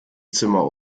zimmer